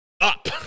up